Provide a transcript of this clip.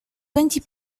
twenty